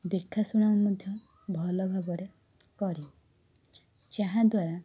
ଦେଖାଶୁଣା ମଧ୍ୟ ଭଲ ଭାବରେ କରେ ଯାହାଦ୍ଵରା